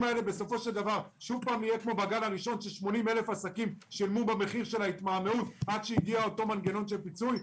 שעוד פעם 80,000 עסקים ישלמו את מחיר העיכוב כפי שהיה בגל הראשון?